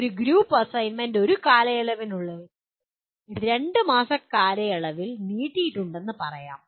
ഒരു group assignment ഒരു കാലയളവിനുള്ളിൽ 2 മാസ കാലയളവിൽ നീട്ടിയിട്ടുണ്ടെന്ന് പറയാം